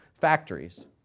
factories